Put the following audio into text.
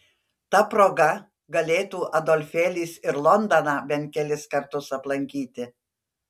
ta proga galėtų adolfėlis ir londoną bent kelis kartus aplankyti